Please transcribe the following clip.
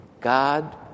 God